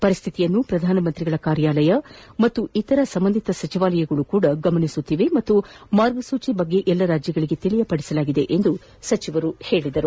ಪರಿಸ್ಥಿತಿಯನ್ನು ಪ್ರಧಾನ ಮಂತ್ರಿಗಳ ಕಾರ್ಯಾಲಯ ಹಾಗು ಇತರೆ ಸಂಬಂಧಿತ ಸಚಿವಾಲಯಗಳು ಗಮನಿಸುತ್ತಿವೆ ಮತ್ತು ಮಾರ್ಗಸೂಚಿಗಳ ಕುರಿತು ಎಲ್ಲಾ ರಾಜ್ಯಗಳಿಗೆ ತಿಳಿಯಪಡಿಸಲಾಗಿದೆ ಎಂದು ಸಚಿವರು ಹೇಳಿದರು